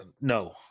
no